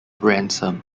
ransom